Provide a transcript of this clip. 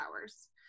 hours